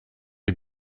les